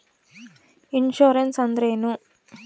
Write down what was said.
Insurance ಅಂದ್ರೇನು?